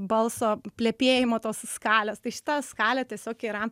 balso plepėjimo tos skalės tai šita skalė tiesiog yra